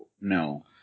no